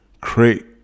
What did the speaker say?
create